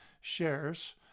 shares